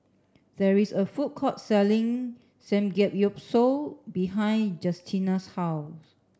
there is a food court selling Samgeyopsal behind Justina's house